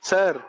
Sir